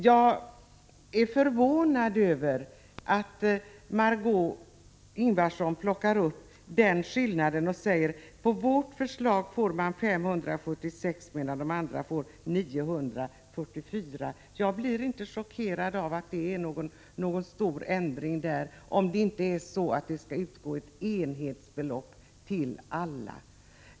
Jag är förvånad över att Margö Ingvardsson tar upp skillnaderna och säger: Enligt regeringens förslag får de sämst ställda pensionärerna 576 kr., medan vpk:s förslag ger dem 964 kr. Jag blir inte chockerad av det, om inte avsikten är att det skall utgå ett enhetsbelopp till alla.